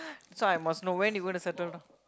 so I must know when you gonna settle down